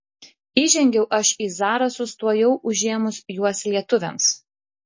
įžengiau aš į zarasus tuojau užėmus juos lietuviams